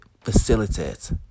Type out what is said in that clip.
facilitate